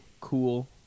Cool